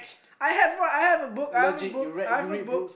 I have I have a book I have a book I have book